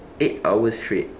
eight hours straight